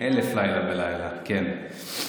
אלף לילה ולילה, כן.